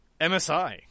MSI